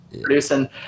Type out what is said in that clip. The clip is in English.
producing